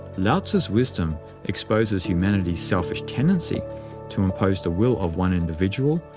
lao-tzu's wisdom exposes humanity's selfish tendency to impose the will of one individual,